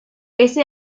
ese